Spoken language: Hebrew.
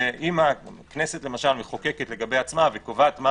ואם הכנסת למשל מחוקקת לגבי עצמה וקובעת מה